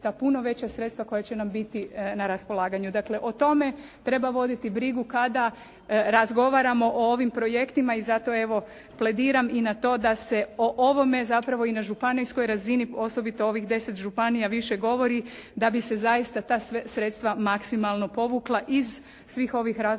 puno veća sredstva koja će nam biti na raspolaganju. Dakle o tome treba voditi brigu kada razgovaramo o ovim projektima i zato evo plediram i na to da se o ovome zapravo i na županijskoj razini osobito ovih 10 županija više govori da bi se zaista ta sredstva maksimalno povukla iz svih ovih razloga